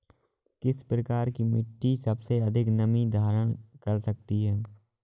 किस प्रकार की मिट्टी सबसे अधिक नमी धारण कर सकती है?